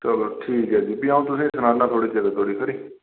चलो ठीक ऐ फि् अऊं तुसे गी सनाना थोड़ी चिरे तकर खरी